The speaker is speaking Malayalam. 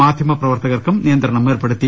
മാധ്യമ പ്രവർത്തകർക്കും നിയന്ത്രണം ഏർപ്പെടുത്തി